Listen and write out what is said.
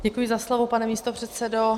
Děkuji za slovo, pane místopředsedo.